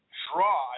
draw